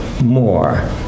more